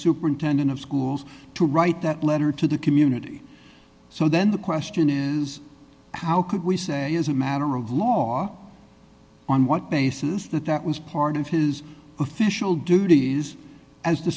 superintendent of schools to write that letter to the community so then the question is how could we say as a matter of law on what basis that that was part of his official duties as the